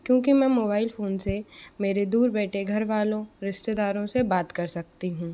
क्योंकि मैं mobile phone से मेरे दूर बैठे घर वालों रिश्तेदारों से बात से बात कर सकती हूँ